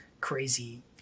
crazy